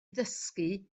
ddysgu